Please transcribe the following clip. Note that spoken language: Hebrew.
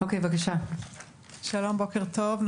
בוקר טוב.